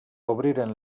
obriren